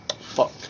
Fuck